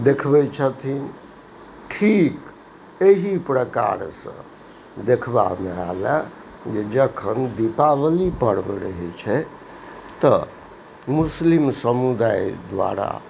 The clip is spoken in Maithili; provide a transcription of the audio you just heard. देखबै छथिन ठीक एहि प्रकारसँ देखबा मे आयल अछि जखन दीपाबली पर्ब रहै छै तऽ मुस्लिम समुदाय द्वारा